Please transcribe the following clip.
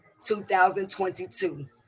2022